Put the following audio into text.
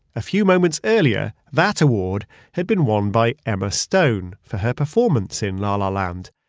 a few moments earlier, that award had been worn by emma stone for her performance in la la land,